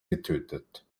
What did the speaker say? getötet